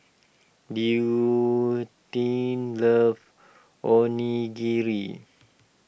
Leontine loves Onigiri